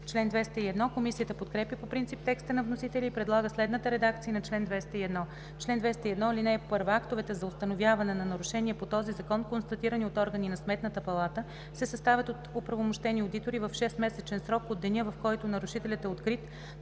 5000 лв.“ Комисията подкрепя по принцип текста на вносителя и предлага следната редакция на чл. 201: „Чл. 201. (1) Актовете за установяване на нарушения по този Закон, констатирани от органи на Сметната палата, се съставят от оправомощени одитори в 6-месечен срок от деня, в който нарушителят е открит,